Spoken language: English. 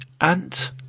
ant